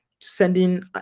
sending